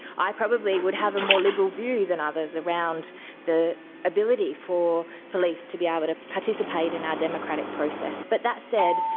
i probably would have a more liberal view than others around the ability for police to be able to participate in our democratic process. but that said,